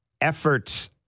efforts